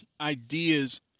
ideas